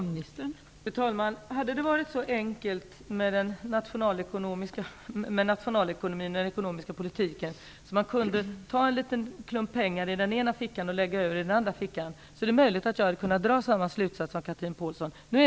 Fru talman! Hade det varit så enkelt med nationalekonomin och den ekonomiska politiken att man kunde ta en liten klump pengar i den ena fickan och lägga över i den andra fickan är det möjligt att jag hade kunnat dra samma slutsats som Chatrine Pålsson.